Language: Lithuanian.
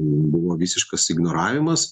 buvo visiškas ignoravimas